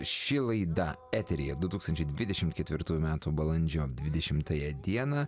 ši laida eteryje du tūkstančiai dvidešimt ketvirtųjų metų balandžio dvidešimtąją dieną